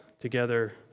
together